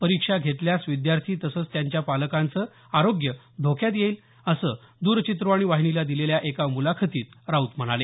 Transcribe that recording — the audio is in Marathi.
परीक्षा घेतल्यास विद्यार्थी तसंच त्यांच्या पालकांचं आरोग्य धोक्यात येईल असं द्रचित्रवाणी वाहिनीला दिलेल्या एका मुलाखतीत राऊत म्हणाले